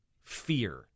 fear